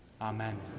Amen